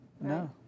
no